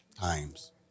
times